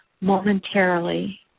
momentarily